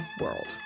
world